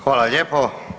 Hvala lijepo.